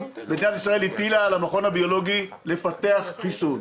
מדינת ישראל הטילה על המכון הביולוגי לפתח חיסון.